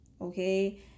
okay